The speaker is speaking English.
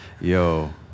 yo